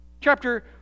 Chapter